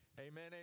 Amen